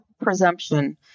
presumption